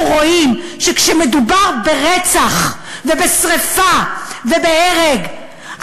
רואים שכשמדובר ברצח ובשרפה ובהרג,